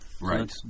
Right